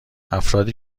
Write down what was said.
افرادی